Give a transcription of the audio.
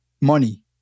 money